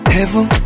Heaven